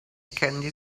candy